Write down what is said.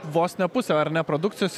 vos ne pusę ar ne produkcijos